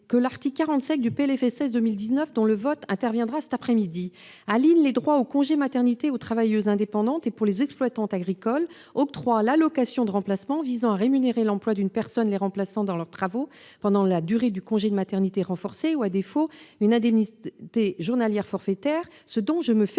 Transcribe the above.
que l'article 47 du PLFSS pour 2019, dont le vote interviendra cet après-midi, aligne les droits au congé maternité des travailleuses indépendantes et octroie aux exploitantes agricoles l'allocation de remplacement, visant à rémunérer l'emploi d'une personne les remplaçant dans leurs travaux pendant la durée du congé maternité renforcé ou, à défaut, une indemnité journalière forfaitaire, ce dont je me